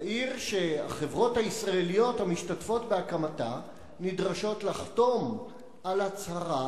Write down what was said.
העיר שהחברות הישראליות המשתתפות בהקמתה נדרשות לחתום על הצהרה